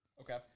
Okay